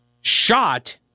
shot